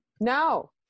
No